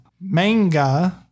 manga